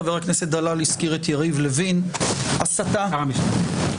חבר הכנסת דלל הזכיר את יריב לוין --- שר המשפטים.